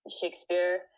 Shakespeare